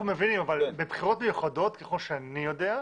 בבחירות מיוחדות, ככל שאני יודע,